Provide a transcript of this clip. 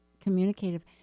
communicative